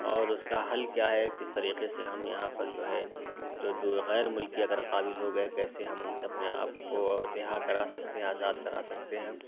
اور اُس کا حل کیا ہے کس طریقے سے ہم یہاں پر جو ہے جو دو غیر مُلکی آ کر قابض ہو گئے کیسے ہم اُن سے اپنے آپ کو رہا کرا سکتے ہیں آزاد کرا سکتے ہیں